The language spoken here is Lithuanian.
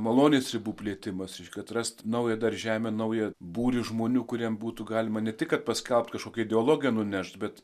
malonės ribų plėtimas reiškia atrasti naują darželį naują būrį žmonių kuriems būtų galima ne tik paskelbti kažkokią ideologiją nuneš bet